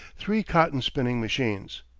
three cotton-spinning machines.